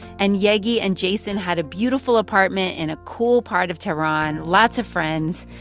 and yegi and jason had a beautiful apartment in a cool part of tehran, lots of friends.